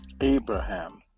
Abraham